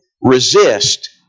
resist